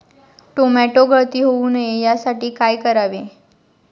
Tomato गळती होऊ नये यासाठी काय करावे?